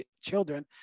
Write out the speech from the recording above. children